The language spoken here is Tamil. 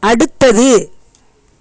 அடுத்தது